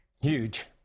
Huge